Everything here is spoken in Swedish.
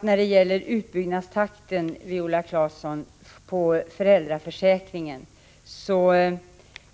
När det gäller utbyggnadstakten på föräldraförsäkringsområdet vill jag till Viola Claesson säga att